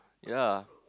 ya